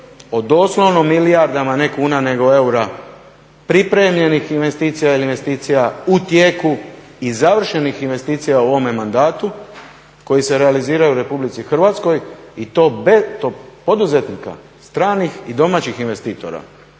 o doslovno milijardama, ne kuna, nego eura, pripremljenih investicija ili investicija u tijeku i završenih investicija u ovome mandatu koji se realiziraju u RH i to poduzetnika, stranih i domaćih investitora,